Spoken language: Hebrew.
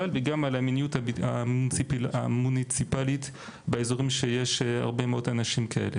וגם על המדיניות המוניציפלית באיזורים שיש הרבה מאוד אנשים כאלה.